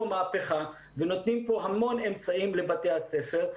מהפכה ונותנים פה המון אמצעים לבתי הספר,